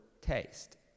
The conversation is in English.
taste